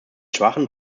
schwachen